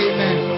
Amen